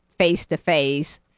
Face-to-face